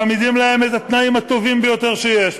מעמידים להם את התנאים הטובים ביותר שיש,